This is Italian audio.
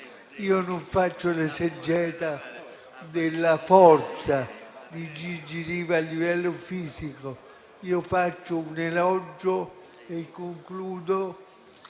non faccio l'esegeta della forza di Gigi Riva a livello fisico, ma faccio un elogio della